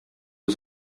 was